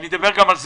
אדבר גם על זה.